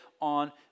on